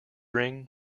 ring